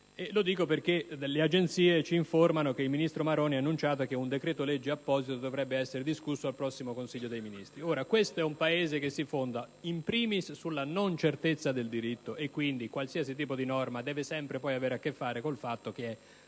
questo perché le agenzie ci informano che il ministro Maroni ha annunciato che un decreto-legge apposito dovrebbe essere discusso nel prossimo Consiglio dei ministri. Questo è un Paese che si fonda *in primis* sulla non certezza del diritto, e quindi qualsiasi tipo di norma deve avere sempre a che fare con il fatto che è